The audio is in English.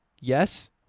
Yes